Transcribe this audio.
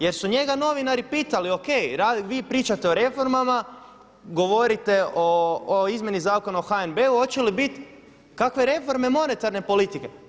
Jer su njega novinari pitali, O.K, vi pričate o reformama, govorite o Izmjeni zakona o HNB-u hoće li biti kakve reforme monetarne politike?